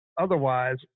otherwise